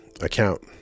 account